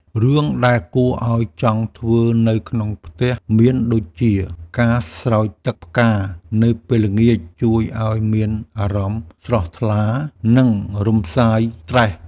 រឿងដែលគួរឲ្យចង់ធ្វើនៅក្នុងផ្ទះមានដូចជា ការស្រោចទឹកផ្កានៅពេលល្ងាច ជួយឱ្យមានអារម្មណ៍ស្រស់ថ្លា និងរំសាយស្រ្តេស។